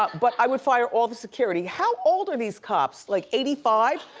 but but i would fire all the security. how old are these cops, like eighty five?